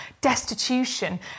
destitution